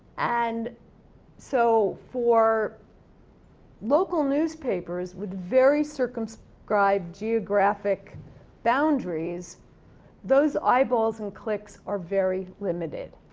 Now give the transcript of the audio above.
and so, for local newspapers with very circumscribed geographic boundaries those eyeballs and clicks are very limited.